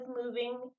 moving